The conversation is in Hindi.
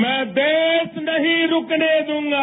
मैं देश नहीं रुकने दूंगा